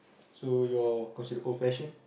so your considered old fashion